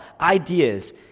ideas